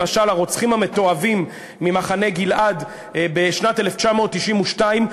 למשל הרוצחים המתועבים ממחנה גלעד בשנת 1992,